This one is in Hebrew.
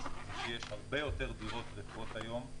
היא שיש הרבה יותר דירות ריקות היום,